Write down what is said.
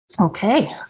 Okay